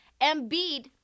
Embiid